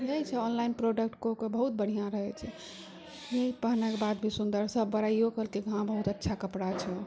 रहै छै online product कोइ कोइ बहुत बढ़िआँ रहै छै पहनेके बाद सुन्दर सा सब बड़ाइयो केलकै हँ बहुत अच्छा कपड़ा छौ